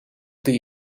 the